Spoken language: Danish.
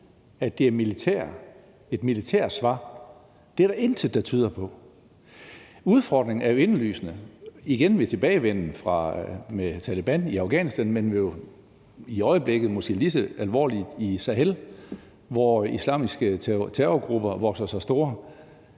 at det er et militært svar? Det er der intet der tyder på. Udfordringen er jo indlysende, nemlig en tilbagevenden af Taleban i Afghanistan, men i øjeblikket måske lige så alvorligt i Sahel, hvor islamiske terrorgrupper vokser sig store.